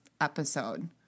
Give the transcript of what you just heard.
episode